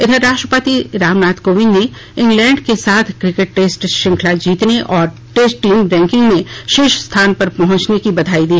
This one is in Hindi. इधर राष्ट्रपति रामनाथ कोविंद ने इंग्लैंड के साथ क्रिकेट टेस्ट श्रृंखला जीतने और टेस्ट टीम रैंकिंक में शीर्ष स्थान पर पहुंचने की बधाई दी